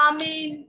Amen